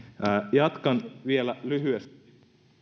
jatkan vielä lyhyesti